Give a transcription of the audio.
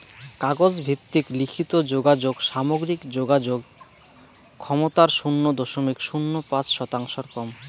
কাগজ ভিত্তিক লিখিত যোগাযোগ সামগ্রিক যোগাযোগ ক্ষমতার শুন্য দশমিক শূন্য পাঁচ শতাংশর কম